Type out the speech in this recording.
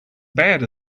bad